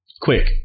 quick